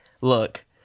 Look